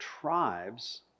tribes